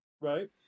Right